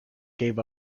gave